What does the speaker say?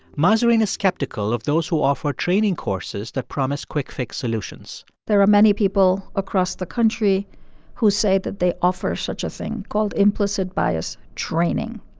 mahzarin is skeptical of those who offer training courses that promise quick-fix solutions there are many people across the country who say that they offer such a thing called implicit bias training.